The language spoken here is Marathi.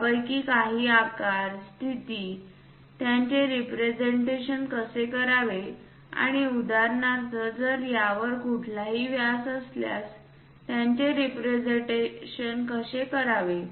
त्यापैकी काही आकार स्थिती त्यांचे रीप्रेझेन्टेशन कसे करावे आणि उदाहरणार्थ जर यावर कुठलाही व्यास असल्यास त्यांचे रीप्रेझेन्टेशन कसे करावे